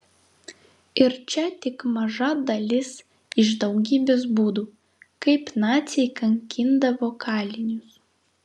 ir čia tik maža dalis iš daugybės būdų kaip naciai kankindavo kalinius